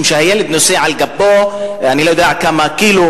משום שהילד נושא על גבו אני לא יודע כמה קילו,